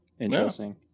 Interesting